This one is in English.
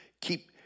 keep